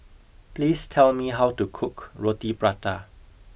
please tell me how to cook Roti Prata